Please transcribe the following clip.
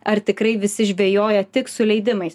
ar tikrai visi žvejoja tik su leidimais